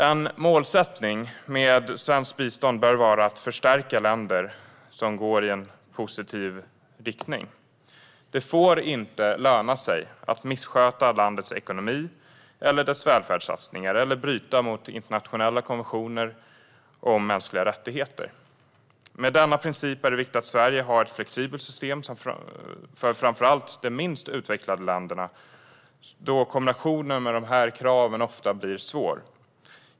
En målsättning med svenskt bistånd bör vara att förstärka länder som går i en positiv riktning. Det får inte löna sig att missköta landets ekonomi och dess välfärdssatsningar eller bryta mot internationella konventioner om mänskliga rättigheter. Med denna princip är det viktigt att Sverige har ett flexibelt system för framför allt de minst utvecklade länderna, då kombinationen med dessa krav ofta blir svår.